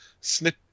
snip